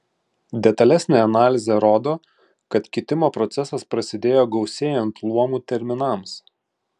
detalesnė analizė rodo kad kitimo procesas prasidėjo gausėjant luomų terminams